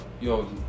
Yo